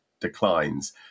declines